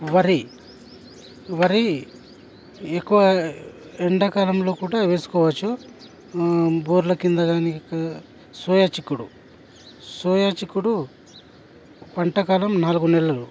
వరి వరి ఎక్కువ ఎండా కాలంలో కూడా వేసుకోవచ్చు బోర్ల క్రింద కానీ సోయా చిక్కుడు సోయా చిక్కుడు పంటకాలం నాలుగు నెలలు